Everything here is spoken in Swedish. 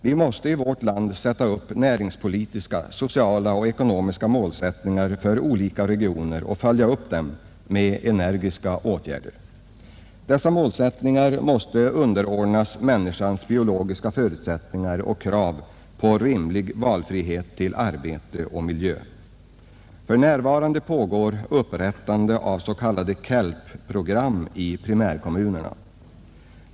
Vi måste i vårt land sätta upp näringspolitiska, sociala och ekonomiska mål för olika regioner och följa upp dem med energiska åtgärder. Dessa målsättningar måste underordnas människans biologiska förutsättningar och krav på rimlig valfrihet till arbete och miljö. För närvarande pågår upprättande av s.k. KELP-program i primärkommunerna.